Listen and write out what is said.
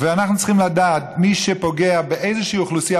ואנחנו צריכים לדעת: מי שפוגע באיזושהי אוכלוסייה,